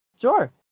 Sure